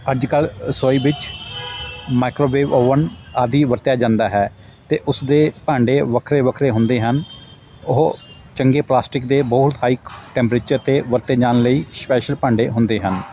ਅੱਜ ਕੱਲ੍ਹ ਰਸੋਈ ਵਿੱਚ ਮਾਈਕਰੋਵੇਵ ਓਵਨ ਆਦਿ ਵਰਤਿਆ ਜਾਂਦਾ ਹੈ ਅਤੇ ਉਸਦੇ ਭਾਂਡੇ ਵੱਖਰੇ ਵੱਖਰੇ ਹੁੰਦੇ ਹਨ ਉਹ ਚੰਗੇ ਪਲਾਸਟਿਕ ਦੇ ਟੈਂਪਰੇਚਰ 'ਤੇ ਵਰਤੇ ਜਾਣ ਲਈ ਸਪੈਸ਼ਲ ਭਾਂਡੇ ਹੁੰਦੇ ਹਨ